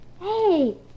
Hey